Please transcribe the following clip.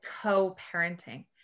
co-parenting